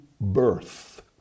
birth